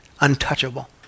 Untouchable